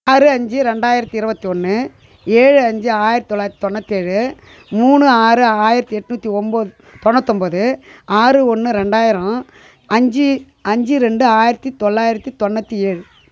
ஆறு அஞ்சு ரெண்டாயிரத்து இருபத்தி ஒன்று ஏழு அஞ்சு ஆயிரத்து தொள்ளாயிரத்தி தொண்ணூற்றி ஏழு மூணு ஆறு ஆயிரத்து எட்டுநூற்றி ஒம்பது தொண்ணூற்று ஒம்பது ஆறு ஒன்று ரெண்டாயிரம் அஞ்சு ரெண்டு ஆயிரத்து தொள்ளாயிரத்தி தொண்ணூற்றி ஏழு